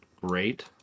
great